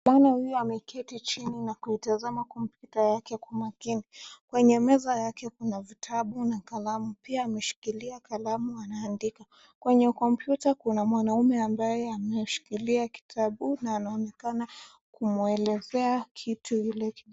Mwana huyu ameketi chini na kuitazama kompyuta yake kwa makini. Kwenye meza yake kuna vitabu na kalamu, pia ameshikilia kalamu anaandika. kwenye kompyuta kuna mwanaume ambaye ameshikilia kitabu na anaonekana kumwelezea kitu yule.